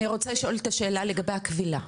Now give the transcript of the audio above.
אני רוצה לשאול את השאלה לגבי הכבילה,